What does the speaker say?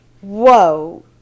whoa